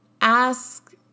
ask